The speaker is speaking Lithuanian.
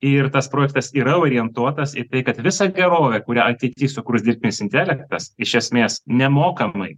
ir tas projektas yra orientuotas į tai kad visa gerovė kurią ateity sukurs dirbtinis intelektas iš esmės nemokamai